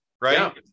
right